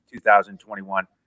2021